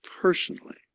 personally